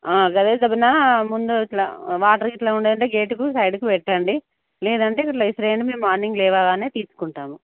వేసే ముందునా ముందు ఇలా వాటర్ ఇలా ఉందంటే గేటుకు సైడ్కి పెట్టండి లేదంటే ఇలా విసిరేయండి మేము మార్నింగ్ లేవగానే తీసుకుంటాము